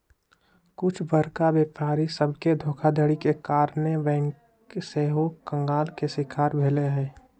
कुछ बरका व्यापारी सभके धोखाधड़ी के कारणे बैंक सेहो कंगाल के शिकार भेल हइ